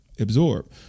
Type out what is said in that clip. absorb